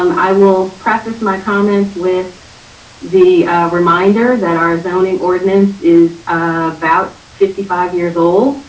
um i will preface my comments with the reminder that our zoning ordinance is about fifty five years old.